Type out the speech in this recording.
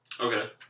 Okay